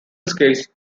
scales